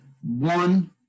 One –